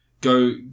Go